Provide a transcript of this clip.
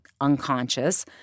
unconscious